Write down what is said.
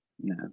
No